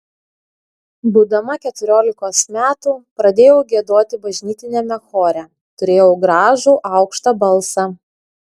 būdama keturiolikos metų pradėjau giedoti bažnytiniame chore turėjau gražų aukštą balsą